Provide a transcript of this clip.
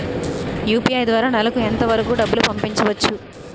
UPI ద్వారా నెలకు ఎంత వరకూ డబ్బులు పంపించవచ్చు?